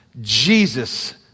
Jesus